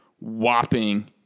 whopping